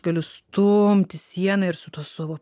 galiu stumti sieną ir su tuo savo